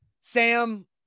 Sam